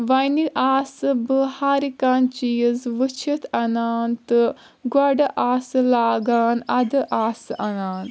وۄنہِ آسہٕ بہٕ ہر کانٛہہ چیٖز وٕچھتھ انان تہٕ گۄڈٕ آسہٕ لاگان ادٕ آسہٕ انان